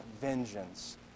vengeance